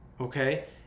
okay